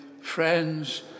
friends